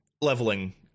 leveling